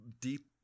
deep